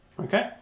Okay